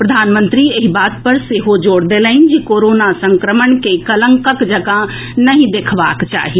प्रधानमंत्री एहि बात पर सेहो जोर देलनि जे कोरोना संक्रमण के कलंकक जकां नहि देखबाक चाही